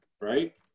right